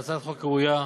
זו הצעת חוק ראויה,